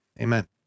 Amen